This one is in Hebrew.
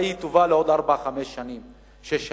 אולי היא טובה לעוד ארבע-חמש שנים, שש שנים,